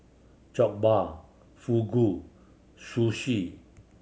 Jokbal Fugu Sushi